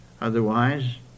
Otherwise